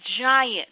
giant